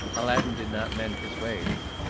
aladdin did not mend his ways.